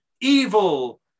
evil